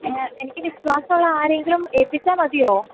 എനിക്ക് വിശ്വാസമുള്ള ആരെങ്കിലും ഏൽപ്പിച്ചാൽ മതിയോ